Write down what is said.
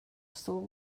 soul